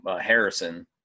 Harrison